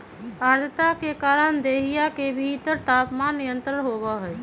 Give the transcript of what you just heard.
आद्रता के कारण देहिया के भीतर के तापमान नियंत्रित होबा हई